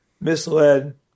misled